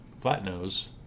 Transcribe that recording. Flatnose